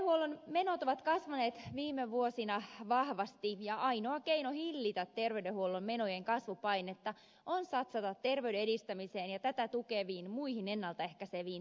terveydenhuollon menot ovat kasvaneet viime vuosina vahvasti ja ainoa keino hillitä terveydenhuollon menojen kasvupainetta on satsata terveyden edistämiseen ja tätä tukeviin muihin ennalta ehkäiseviin toimiin